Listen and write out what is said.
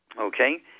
okay